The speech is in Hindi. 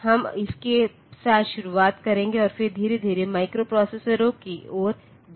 तो हम इसके साथ शुरुआत करेंगे और फिर धीरे धीरे माइक्रोप्रोसेसरों की ओर जाएंगे